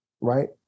right